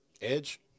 Edge